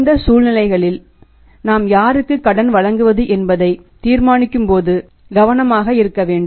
இந்த சூழ்நிலைகளில் நாம் யாருக்கு கடன் வழங்குவது என்பதை தீர்மானிக்கும்போது கவனமாக இருக்க வேண்டும்